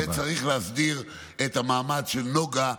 וצריך להסדיר את המעמד של "נגה"